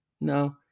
no